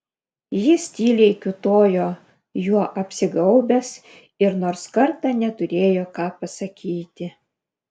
jis tyliai kiūtojo juo apsigaubęs ir nors kartą neturėjo ką pasakyti